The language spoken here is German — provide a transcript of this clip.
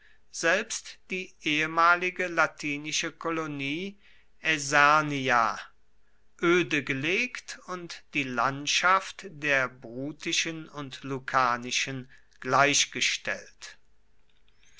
selbst die ehemalige latinische kolonie aesernia öde gelegt und die landschaft der bruttischen und lucanischen gleichgestellt